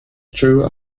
true